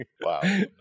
Wow